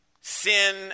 sin